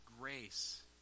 grace